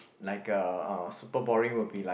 like uh super boring will be like